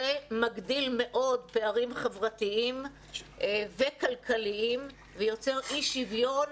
מגדיל מאוד פערים חברתיים וכלכליים ויוצר אי שוויון